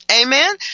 Amen